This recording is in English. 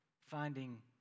finding